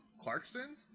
Clarkson